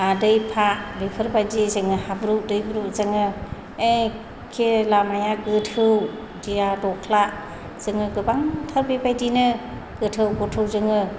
आदैफा बेफोरबायदि जों हाब्रु दैब्रु जोङो एकखे लामाया गोथौ दिया दख्ला जोङो गोबांथार बेबायदिनो गोथौ गोथौ जोङो